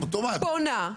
פונה.